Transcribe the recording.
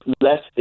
less